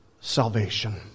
salvation